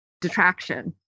detraction